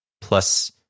plus